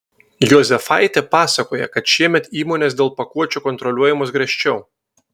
juozefaitė pasakoja kad šiemet įmonės dėl pakuočių kontroliuojamos griežčiau